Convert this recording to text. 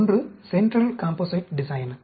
ஒன்று central composite design